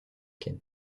kent